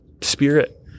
spirit